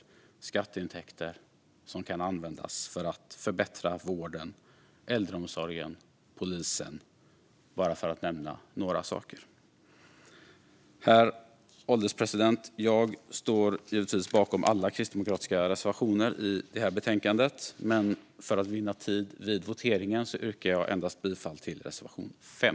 Dessa skatteintäkter kan användas för att förbättra vården, äldreomsorgen och polisen, bara för att nämna några saker. Herr ålderspresident! Jag står givetvis bakom alla kristdemokratiska reservationer i betänkandet, men för att vinna tid vid voteringen yrkar jag bifall endast till reservation 5.